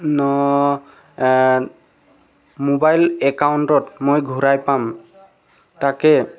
ন mobile একাউণ্টত মই ঘূৰাই পাম তাকে